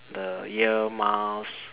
the ear muffs